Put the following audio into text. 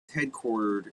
headquartered